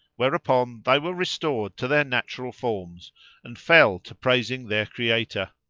whereupon they were restored to their natural forms and fell to praising their creator.